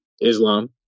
Islam